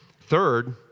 Third